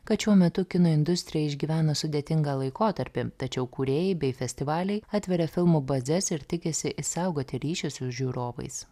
kad šiuo metu kino industrija išgyvena sudėtingą laikotarpį tačiau kūrėjai bei festivaliai atveria filmų bazes ir tikisi išsaugoti ryšį su žiūrovais